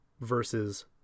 versus